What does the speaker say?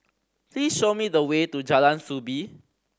please show me the way to Jalan Soo Bee